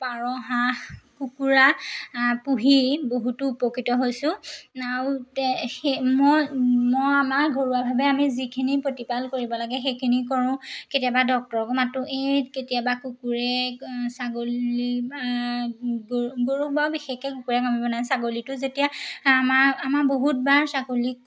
পাৰ হাঁহ কুকুৰা পুহি বহুতো উপকৃত হৈছোঁ আৰু তে সেই মই মই আমাৰ ঘৰুৱাভাৱে আমি যিখিনি প্ৰতিপাল কৰিব লাগে সেইখিনি কৰোঁ কেতিয়াবা ডক্টৰকো মাতো এই কেতিয়াবা কুকুৰে ছাগলী গৰু গৰুক বাৰু বিশেষকৈ কুকুৰে কামুৰিব নোৱাৰে ছাগলীটো যেতিয়া আমাৰ আমাৰ বহুতবাৰ ছাগলীক